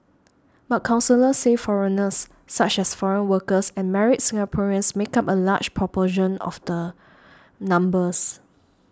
but counsellors say foreigners such as foreign workers and married Singaporeans make up a large proportion of the numbers